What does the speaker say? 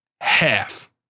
half